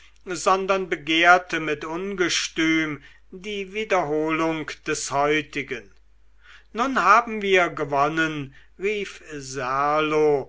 sondern begehrte mit ungestüm die wiederholung des heutigen nun haben wir gewonnen rief